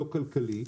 לא כלכלי,